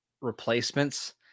replacements